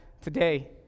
today